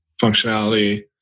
functionality